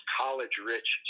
college-rich